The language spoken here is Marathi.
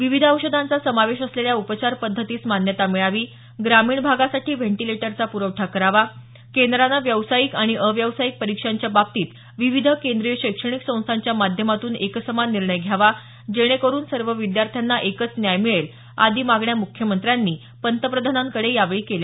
विविध औषधांचा समावेश असलेल्या उपचार पद्धतीस मान्यता मिळावी ग्रामीण भागासाठी व्हेंटिलेटरचा प्रखठा करावा केंद्रानं व्यावसायिक आणि अव्यावसायिक परीक्षांच्या बाबतीत विविध केंद्रीय शैक्षणिक संस्थांच्या माध्यमातून एकसमान निर्णय घ्यावा जेणे करून सर्व विद्यार्थ्यांना एकच न्याय मिळेल आदी मागण्या मुख्यमंत्र्यांनी पंतप्रधानांकडे यावेळी केल्या